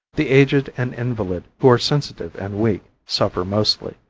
the aged and invalid, who are sensitive and weak, suffer mostly,